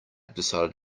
decided